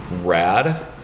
rad